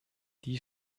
die